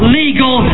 legal